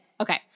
Okay